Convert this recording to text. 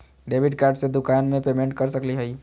Debit card से दुकान में पेमेंट कर सकली हई?